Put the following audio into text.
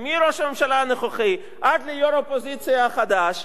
מראש הממשלה הנוכחי עד ליושב-ראש האופוזיציה החדש,